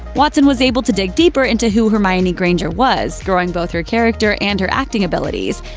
watson was able to dig deeper into who hermione granger was, growing both her character and her acting abilities.